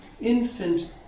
infant